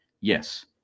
Yes